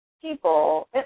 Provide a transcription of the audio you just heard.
people